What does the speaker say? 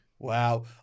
Wow